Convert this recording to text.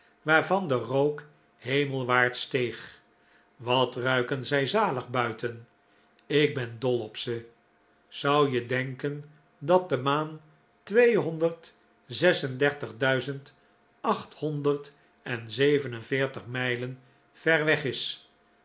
waarvan de rook hemelwaarts steeg wat ruiken zij zalig buiten ik ben dol op ze zou je denken dat de maan tweehonderd zes en dertig duizend achthonderd en zeven en veertig mijlen ver weg is